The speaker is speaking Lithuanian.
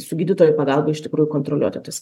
su gydytojų pagalba iš tikrųjų kontroliuoti tuos